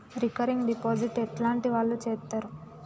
Recurring deposit ఎట్లాంటి వాళ్లు చేత్తరు?